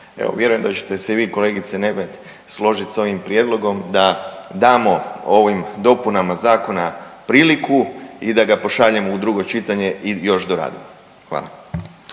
Evo, vjerujem da ćete se i vi, kolegice Nemet složit s ovim prijedlogom da damo ovim dopunama zakona priliku i da ga pošaljemo u drugo čitanje i još doradimo. Hvala.